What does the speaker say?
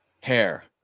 hair